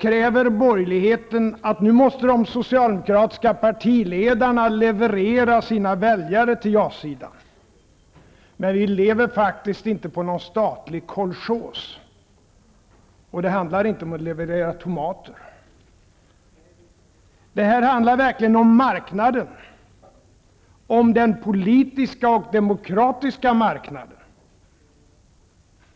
kräver borgerligheten att de socialdemokratiska partiledarna nu måste leverera sina väljare till jasidan. Men vi lever faktiskt inte på någon statlig kolchos. Och det handlar inte om att leverera tomater. Det här handlar verkligen om marknaden, om den politiska och demokratiska marknaden.